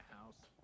house